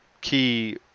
key